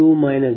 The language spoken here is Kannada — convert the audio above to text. uI 23